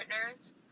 partner's